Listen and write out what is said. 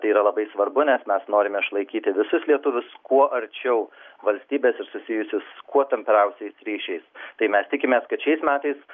tai yra labai svarbu nes mes norime išlaikyti visus lietuvius kuo arčiau valstybės ir susijusius kuo tampriausiais ryšiais tai mes tikimės kad šiais metais